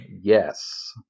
Yes